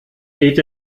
geht